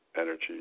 energy